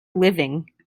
living